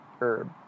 herb